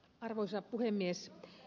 arvoisa puhemies